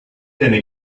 kenne